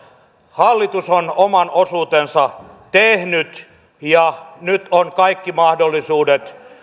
hallitus on oman osuutensa tehnyt ja nyt on kaikki mahdollisuudet